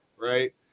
right